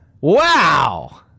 Wow